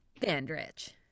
Bandrich